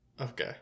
Okay